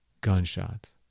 Gunshots